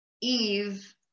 Eve